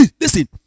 Listen